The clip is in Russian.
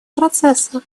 процесса